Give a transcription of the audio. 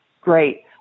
Great